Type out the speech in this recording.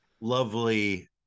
lovely